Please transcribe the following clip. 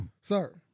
Sir